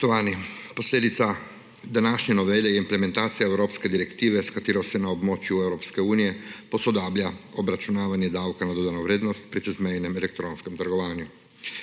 Spoštovani! Posledica današnje novele je implementacija evropske direktive, s katero se na območju Evropske unije posodablja obračunavanje davka na dodano vrednost pri čezmejnem elektronskem trgovanju.